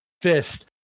fist